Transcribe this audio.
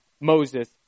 Moses